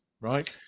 right